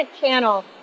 Channel